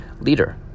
leader